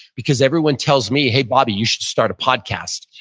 because everyone tells me, hey bobby, you should start a podcast.